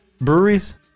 breweries